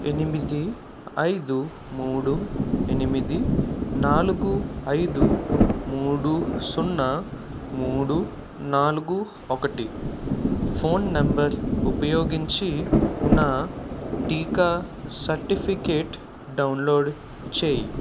ఎనిమిది ఐదు మూడు ఎనిమిది నాలుగు ఐదు మూడు సున్నా మూడు నాలుగు ఒకటి ఫోన్ నంబర్ ఉపయోగించి నా టీకా సర్టిఫికేట్ డౌన్లోడ్ చేయి